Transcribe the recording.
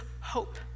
hope